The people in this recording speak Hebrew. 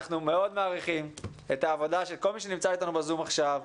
אנחנו מאוד מעריכים את העבודה של כל מי שנמצא אתנו ב-זום עכשיו.